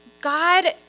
God